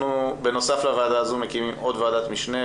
בנוסף לוועדת המשנה הזו אנחנו מקימים עוד ועדת משנה,